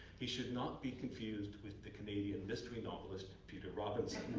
he should not be confused with the canadian mystery novelist peter robinson,